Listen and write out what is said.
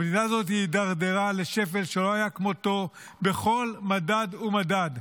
המדינה הזאת הידרדרה לשפל שלא היה כמותו בכל מדד ומדד.